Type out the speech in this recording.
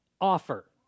offer